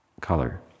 color